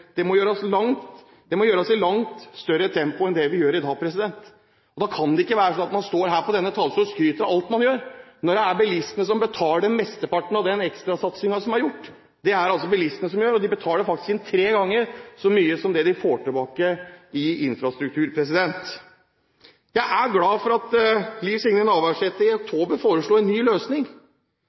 Det må gjøres i langt større tempo enn det vi gjør i dag. Da kan det ikke være sånn at man står her på denne talerstol og skryter av alt man gjør, når det er bilistene som betaler mesteparten av den ekstrasatsingen som er gjort. Det er det altså bilistene som gjør, og de betaler faktisk inn tre ganger så mye som det de får tilbake i infrastruktur. Jeg er glad for at Liv Signe Navarsete i oktober foreslo en ny løsning,